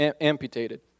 amputated